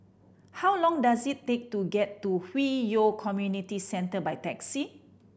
how long does it take to get to Hwi Yoh Community Centre by taxi